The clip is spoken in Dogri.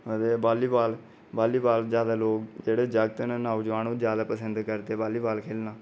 ते वालीबाॅल वालीबाॅल जैदा लोक जेह्ड़े जागत न नौ जवान ओह् जैदा पसंद करदे वालीबाॅल खेलना